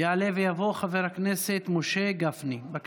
יעלה ויבוא חבר הכנסת משה גפני, בבקשה.